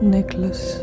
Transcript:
Necklace